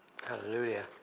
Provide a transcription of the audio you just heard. Hallelujah